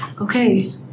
okay